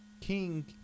King